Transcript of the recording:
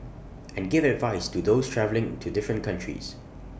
and give advice to those travelling to different countries